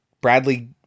Bradley